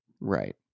Right